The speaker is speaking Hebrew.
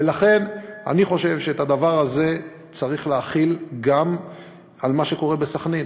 ולכן אני חושב שאת הדבר הזה צריך להחיל גם על מה שקורה בסח'נין.